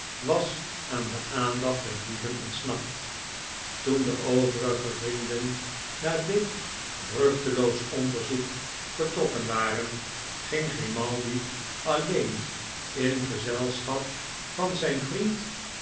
was aan de aandacht der dieven ontsnapt toen de overige vrienden na dit vruchteloos onderzoek vertrokken waren ging g rimaldi alleen in gezelschap van zijn vriend